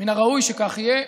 מן הראוי שכך יהיה.